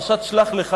בפרשת שלח לך,